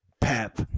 Pep